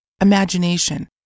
imagination